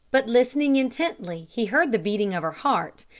but listening intently he heard the beating of her heart,